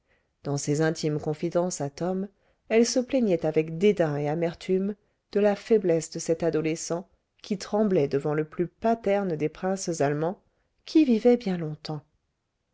dans ses intimes confidences à tom elle se plaignait avec dédain et amertume de la faiblesse de cet adolescent qui tremblait devant le plus paterne des princes allemands qui vivait bien longtemps